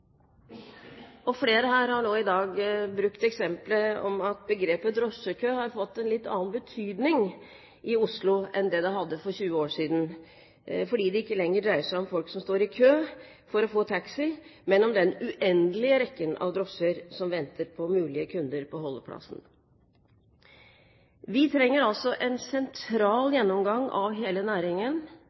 og imperfekt. Flere her har nå i dag brukt eksempelet med at begrepet «drosjekø» har fått en litt annen betydning i Oslo enn det det hadde for 20 år siden, fordi det ikke lenger dreier seg om folk som står i kø for å få taxi, men om den uendelige rekken av drosjer som venter på mulige kunder på holdeplassene. Vi trenger en sentral gjennomgang av hele næringen.